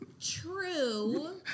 True